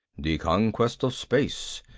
the conquest of space,